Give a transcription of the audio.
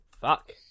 fuck